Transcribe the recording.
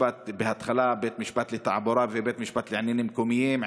בהתחלה לבית המשפט לתעבורה ולבית המשפט לעניינים מקומיים,